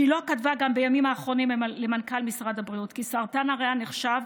שילה כתבה גם בימים האחרונים למנכ"ל משרד הבריאות כי 'סרטן הריאה נחשב